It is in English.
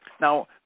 Now